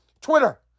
Twitter